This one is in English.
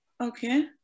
Okay